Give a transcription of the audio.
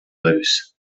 loose